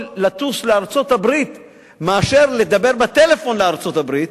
לטוס לארצות-הברית מאשר לדבר בטלפון לארצות-הברית.